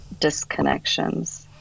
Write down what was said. disconnections